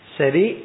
seri